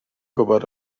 gwybod